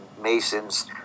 Masons